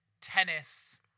tennis